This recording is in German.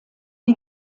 die